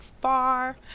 far